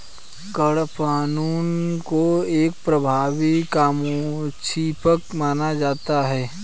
कडपहनुत को एक प्रभावी कामोद्दीपक माना जाता है